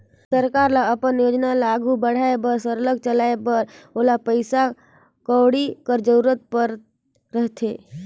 सरकार ल अपन योजना ल आघु बढ़ाए बर सरलग चलाए बर ओला पइसा कउड़ी कर जरूरत परत रहथे